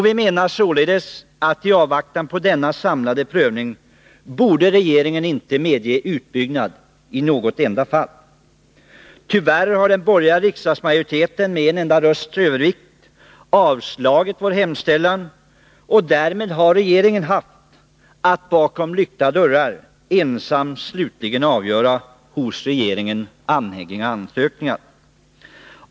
Vi menar således att regeringen i avvaktan på denna samlade prövning inte borde medge utbyggnad i något enda fall. Tyvärr har den borgerliga riksdagsmajoriteten med en enda rösts övervikt avslagit vår hemställan, och därmed har regeringen haft att bakom lyckta dörrar ensam slutgiltigt ta ställning till hos regeringen anhängiggjorda ansökningar.